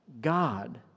God